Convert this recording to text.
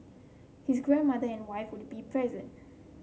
his grandmother and wife would be present